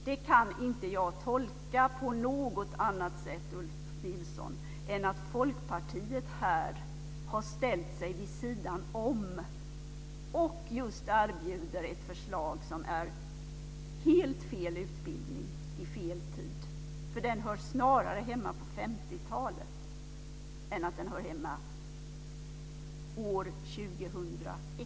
Det kan jag inte tolka på något annat sätt, Ulf Nilsson, än att Folkpartiet här har ställt sig vid sidan om och kommer med ett förslag som just innebär helt fel utbildning i fel tid, för det hör snarare hemma på 50-talet än år 2001.